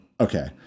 okay